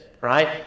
Right